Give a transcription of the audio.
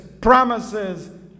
promises